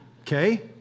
Okay